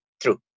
true